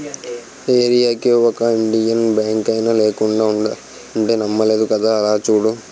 ఏరీయాకి ఒక ఇండియన్ బాంకైనా లేకుండా ఉండదంటే నమ్మలేదు కదా అలా చూడు